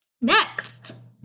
Next